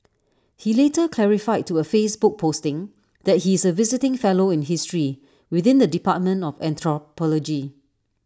he later clarified to A Facebook posting that he is A visiting fellow in history within the dept of anthropology